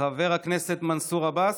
חבר הכנסת מנסור עבאס,